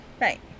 Right